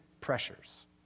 pressures